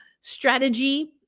strategy